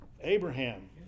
Abraham